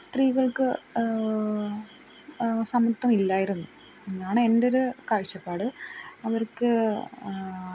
സ്ത്രീകൾക്ക് സമത്വം ഇല്ലായിരുന്നു എന്നാണ് എൻറെ ഒരു കാഴ്ചപ്പാട് അവർക്ക്